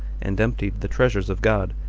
and emptied the treasures of god,